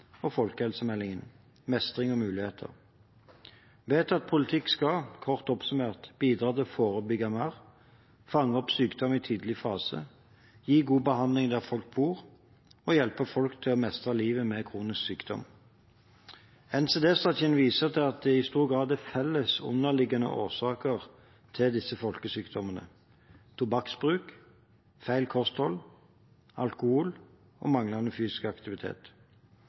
og Folkehelsemeldingen – Mestring og muligheter. Vedtatt politikk skal, kort oppsummert, bidra til å forebygge mer, fange opp sykdom i tidlig fase, gi god behandling der folk bor, og hjelpe folk til å mestre livet med kronisk sykdom. NCD-strategien viser til at det i stor grad er felles underliggende årsaker til disse folkesykdommene: tobakksbruk, feil kosthold, alkohol og manglende fysisk aktivitet.